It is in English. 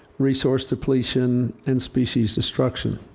resource depletion and species destruction.